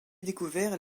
découvert